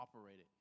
operated